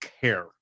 care